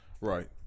Right